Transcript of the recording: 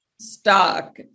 stock